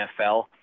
NFL